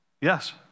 Yes